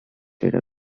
later